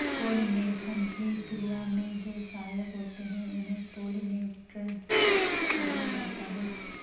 pollination की क्रिया में जो सहायक होते हैं उन्हें पोलिनेटर्स कहा जाता है